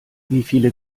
wieviele